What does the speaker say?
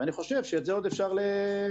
ואני חושב שאת זה עוד אפשר לסדר.